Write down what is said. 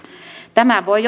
tämä voi